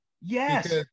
Yes